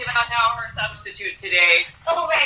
um her substitute today. oh, right.